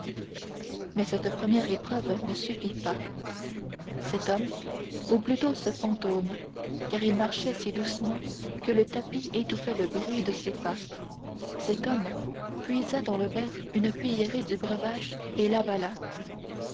mais cette première épreuve ne suffit pas cet homme ou plutôt ce fantôme car il marchait si doucement que le tapis étouffait le bruit de ses pas cet homme puisa dans le verre une cuillerée du breuvage et l'avala